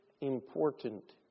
important